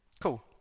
Cool